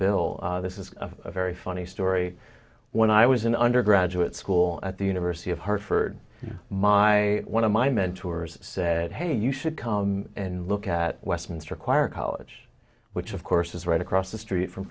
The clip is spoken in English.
bill this is a very funny story when i was an undergraduate school at the university of hartford my one of my mentors said hey you should come and look at westminster choir college which of course is right across the street from